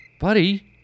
Buddy